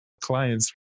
clients